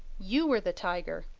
you were the tiger.